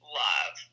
love